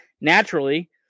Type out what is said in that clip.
naturally